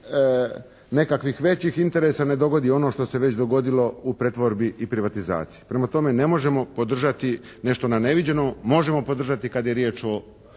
nekakvih većih interesa ne dogodi ono što se već dogodilo u pretvorbi i privatizaciji. Prema tome ne možemo podržati nešto na neviđeno. Možemo podržati kada je riječ o